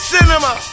Cinema